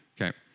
Okay